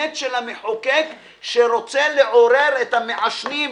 אמת של המחוקק שרוצה לעורר את המעשנים,